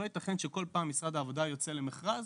לא יתכן שכל פעם משרד העבודה יוצא למכרז